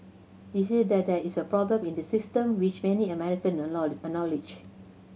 he said that there is a problem in the system which many American acknowledged